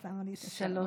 את שמה לי שעון?